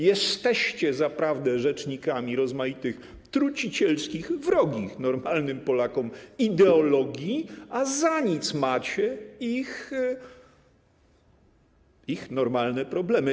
Jesteście zaprawdę rzecznikami rozmaitych trucicielskich, wrogich normalnym Polakom ideologii, a za nic macie ich normalne problemy.